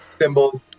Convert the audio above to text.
symbols